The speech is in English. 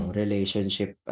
relationship